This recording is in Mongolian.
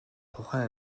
тухайн